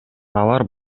алар